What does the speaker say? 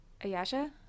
Ayasha